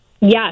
Yes